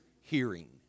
hearing